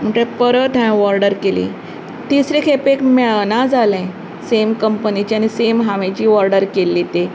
म्हणटकर परत हांवें ऑर्डर केली तिसरे खेपेक मेळना जालें सेम कंम्पनिचें आनी सेम हांवे जी ऑर्डर केल्ली ती